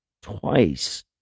twice